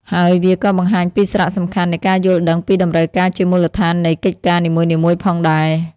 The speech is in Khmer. ហើយវាក៏បង្ហាញពីសារៈសំខាន់នៃការយល់ដឹងពីតម្រូវការជាមូលដ្ឋាននៃកិច្ចការនីមួយៗផងដែរ។